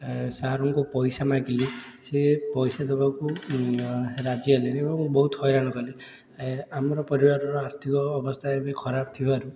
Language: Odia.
ସାରଙ୍କୁ ପଇସା ମାଗିଲି ସେ ପଇସା ଦେବାକୁ ରାଜି ହେଲେନି ଏବଂ ହଇରାଣ କଲେ ଆମର ପରିବାରର ଆର୍ଥିକ ଅବସ୍ଥା ଏବେ ଖରାପ ଥିବାରୁ